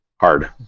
hard